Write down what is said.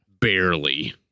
Barely